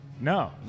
No